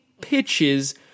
pitches